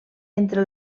entre